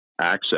access